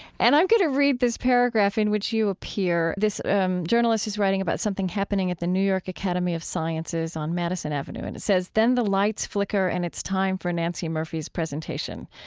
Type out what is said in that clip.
and i'm going to read this paragraph in which you appear. this journalist is writing about something happening at the new york academy of sciences on madison avenue. and it says, then the lights flicker, and it's time for nancey murphy's presentation,